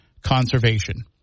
conservation